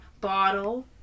bottle